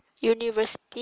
university